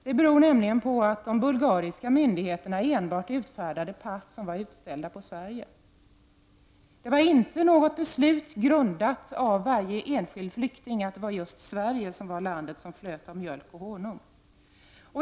Det beror nämligen på att de bulgariska myndigheterna enbart utfärdade pass som var utställda på Sverige. Det var inte något beslut av varje enskild flykting — att det var just Sverige som var landet som flöt av mjölk och honung.